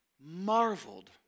marveled